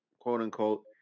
quote-unquote